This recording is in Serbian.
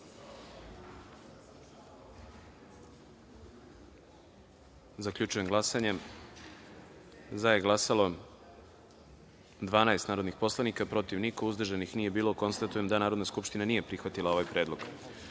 predlog. Zaključujem glasanje: za je glasalo – 12 narodnih poslanika, protiv – niko, uzdržanih – nije bilo. Konstatujem da Narodna skupština nije prihvatila ovaj predlog. Narodni